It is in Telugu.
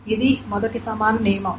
ఇది మొదటి సమాన నియమం